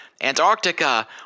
Antarctica